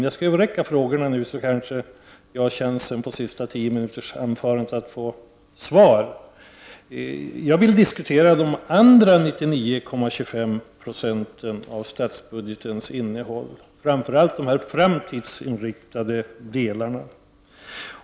Om jag överräcker frågorna skriftligt kanske jag har chansen att under hans sista tiominutersanförande också få svar. Jag vill nämligen diskutera de andra 99,25 96 av statsbudgetens innehåll, framför allt de framtidsinriktade delarna.